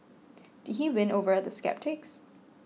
did he win over the sceptics